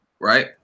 Right